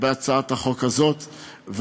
בהצעת החוק הזאת,